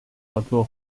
合作